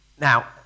Now